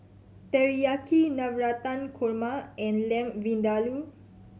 Teriyaki Navratan Korma and Lamb Vindaloo